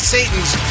Satan's